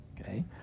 okay